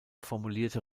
formulierte